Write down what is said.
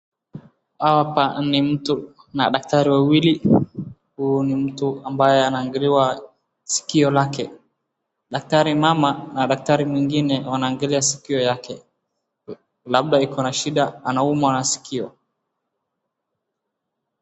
Hapa ni mtu na daktari wawili. Huyu ni mtu ambaye anangaliliwa sikio lake. Daktari mama na daktari mwengine wanaangalia siko yake labda ikona shida anaumwa na sikio.